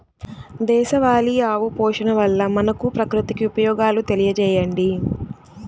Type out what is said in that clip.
దేశవాళీ ఆవు పోషణ వల్ల మనకు, ప్రకృతికి ఉపయోగాలు తెలియచేయండి?